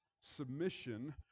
submission